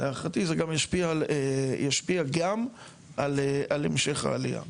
להערכתי, זה גם ישפיע על המשך העלייה.